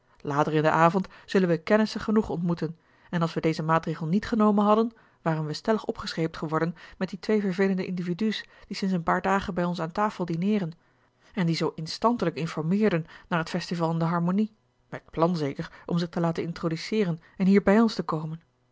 in den avond zullen wij kennissen genoeg ontmoeten en als we dezen maatregel niet genomen hadden waren we stellig opgescheept geworden met die twee vervelende individu's die sinds een paar dagen bij ons aan tafel dineeren en die zoo instantelijk informeerden naar het festival in de harmonie met plan zeker om zich te laten introduceeren en hier bij ons te komen